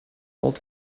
old